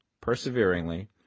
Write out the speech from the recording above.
perseveringly